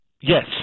Yes